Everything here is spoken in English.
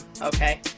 okay